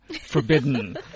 forbidden